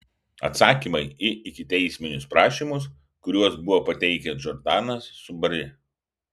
atsakymai į ikiteisminius prašymus kuriuos buvo pateikę džordanas su bari